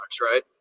right